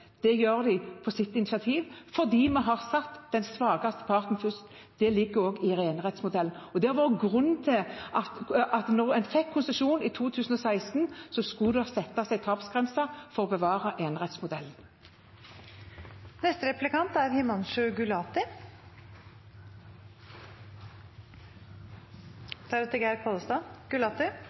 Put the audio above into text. Det gjør de på sitt initiativ fordi vi har satt den svakeste parten først. Det ligger også i enerettsmodellen. Det har vært grunnen til, da en fikk konsesjon i 2016, at det skulle settes en tapsgrense for å bevare enerettsmodellen. Statsråden er opptatt av de spillavhengige. Det er